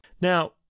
now